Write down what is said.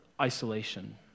isolation